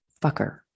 fucker